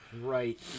Right